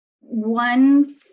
one